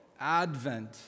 Advent